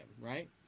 right